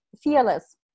Fearless